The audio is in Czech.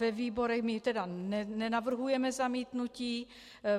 Ve výborech my tedy nenavrhujeme zamítnutí,